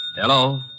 Hello